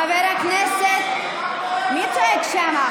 חבר הכנסת, מי צועק שם?